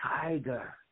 tiger